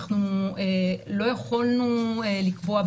אנחנו לא יכולנו לקבוע,